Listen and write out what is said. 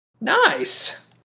Nice